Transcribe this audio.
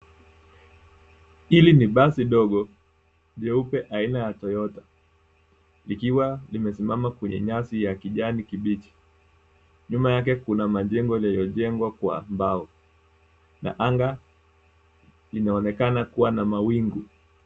Hili ni basi ndogo nyeupe aina ya Toyota likiwa limesimama kwenye nyasi ya kijani kibichi. Nyuma yake kuna majengo lilojengwa kwa mbao na anga linaonekana kuwa na mawingu.